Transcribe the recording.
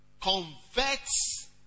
converts